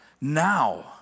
now